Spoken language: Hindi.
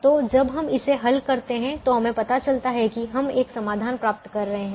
तो जब हम इसे हल करते हैं तो हमें पता चलता है कि हम एक समाधान प्राप्त कर रहे हैं